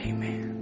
Amen